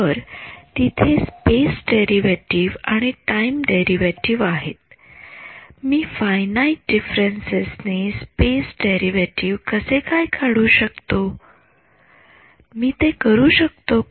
तर तिथे space derivative आणि टाइम डेरीवेटीव्ह आहेत मी फायनाईट डिफरन्सेस ने स्पेस डेरीवेटीव्ह कसे काय काढू शकतो मी ते करू शकतो का